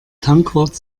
tankwart